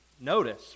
notice